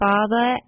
Father